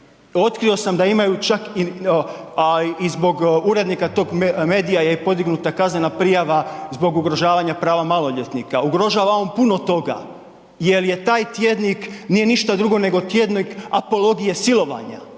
otkrio sam da imaju čak i zbog urednika tog medija je podignuta kaznena prijava zbog ugrožavanja prava maloljetnika. Ugrožava on puno toga jel je taj tjednik, nije ništa drugo nego tjednik apologije silovanja